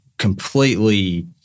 Completely